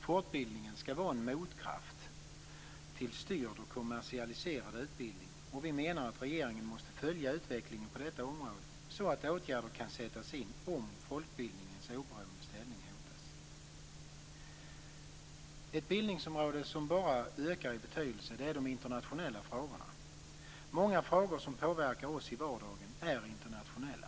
Folkbildningen skall vara en motkraft till styrd och kommersialiserad utbildning, och vi menar att regeringen måste följa utvecklingen på detta område så att åtgärder kan sättas in om folkbildningens oberoende ställning hotas. Ett bildningsområde som bara ökar i betydelse är de internationella frågorna. Många frågor som påverkar oss i vardagen är internationella.